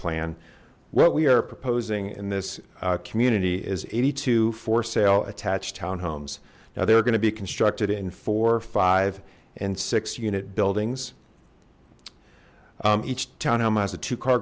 plan what we are proposing in this community is eighty two for sale attach townhomes now they are going to be constructed in four five and six unit buildings each town home as a two car